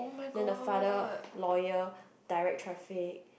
then the father lawyer direct traffic